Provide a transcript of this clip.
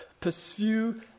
pursue